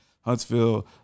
Huntsville